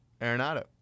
Arenado